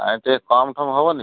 ଆରେ ଟିକେ କମ୍ ଠମ୍ ହେବନି